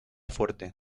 fuerte